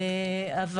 אבל,